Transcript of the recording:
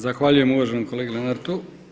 Zahvaljujem uvaženom kolegi Lenartu.